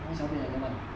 我要小便怎么办